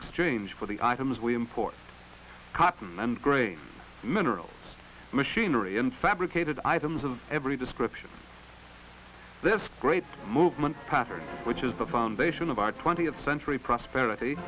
exchange for the items we import cotton and grain mineral machinery and fabricated items of every description this great movement pattern which is the foundation of our twentieth century prosperity